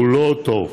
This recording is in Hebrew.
הוא לא טוב.